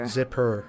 Zipper